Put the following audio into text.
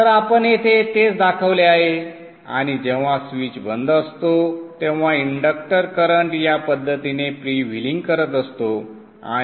तर आपण येथे तेच दाखवले आहे आणि जेव्हा स्वीच बंद असतो तेव्हा इंडक्टर करंट या पद्धतीने फ्रीव्हीलिंग करत असतो आणि Vp हा 0 असतो